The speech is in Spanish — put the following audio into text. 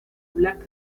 black